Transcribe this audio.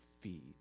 feed